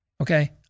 Okay